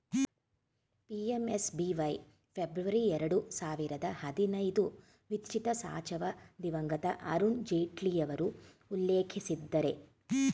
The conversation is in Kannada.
ಪಿ.ಎಮ್.ಎಸ್.ಬಿ.ವೈ ಫೆಬ್ರವರಿ ಎರಡು ಸಾವಿರದ ಹದಿನೈದು ವಿತ್ಚಿತಸಾಚವ ದಿವಂಗತ ಅರುಣ್ ಜೇಟ್ಲಿಯವರು ಉಲ್ಲೇಖಿಸಿದ್ದರೆ